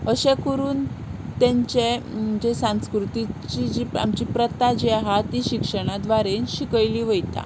अशें करून तांचें जें सांस्कृतीची जी आमची प्रथा जी आसा ती शिक्षणा द्वारे शिकयली वता